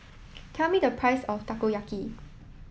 tell me the price of Takoyaki